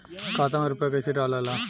खाता में रूपया कैसे डालाला?